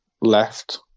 left